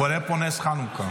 קורה פה נס חנוכה,